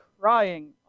crying